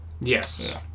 Yes